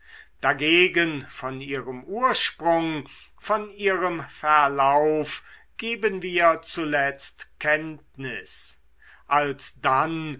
dagegen von ihrem ursprung von ihrem verlauf geben wir zuletzt kenntnis alsdann